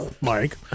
Mike